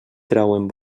trauen